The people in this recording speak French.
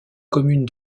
commune